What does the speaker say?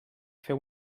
fer